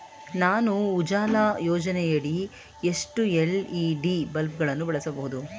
ನಾನು ಉಜಾಲ ಯೋಜನೆಯಡಿ ಎಷ್ಟು ಎಲ್.ಇ.ಡಿ ಬಲ್ಬ್ ಗಳನ್ನು ಬಳಸಬಹುದು?